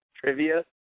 trivia